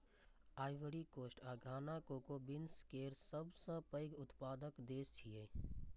Ivory Coast आ Ghana cocoa beans केर सबसं पैघ उत्पादक देश छियै